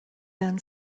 then